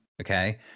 Okay